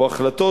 או החלטות,